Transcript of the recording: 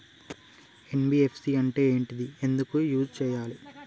NBFC అంటే ఏంటిది ఎందుకు యూజ్ చేయాలి?